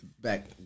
back